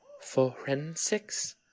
Forensics